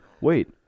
Wait